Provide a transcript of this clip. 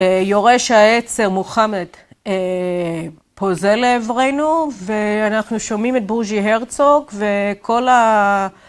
יורש העצר מוחמד פוזל לעברנו ואנחנו שומעים את בוז'י הרצוג וכל ה...